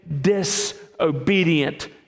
disobedient